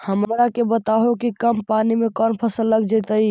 हमरा के बताहु कि कम पानी में कौन फसल लग जैतइ?